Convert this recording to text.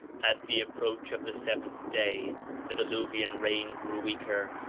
at the approach of the seventh day the diluvian rain grew weaker,